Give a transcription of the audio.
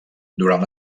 durant